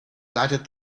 lighted